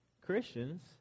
Christians